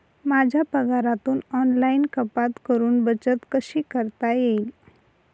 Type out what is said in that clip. माझ्या पगारातून ऑनलाइन कपात करुन बचत कशी करता येईल?